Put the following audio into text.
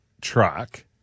truck